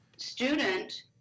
student